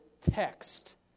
text